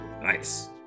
nice